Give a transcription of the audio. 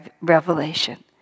revelation